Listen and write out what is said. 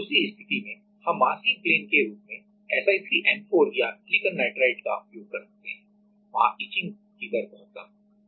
दूसरी स्थिति में में हम मास्किंग प्लेन के रूप में Si3N4 या सिलिकॉन नाइट्राइड का उपयोग कर सकते हैं वहां इचिंग की दर बहुत कम है